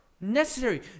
necessary